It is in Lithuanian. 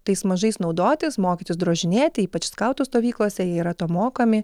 tais mažais naudotis mokytis drožinėti ypač skautų stovyklose jie yra to mokami